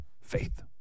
Faith